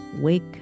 wake